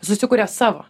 susikuria savo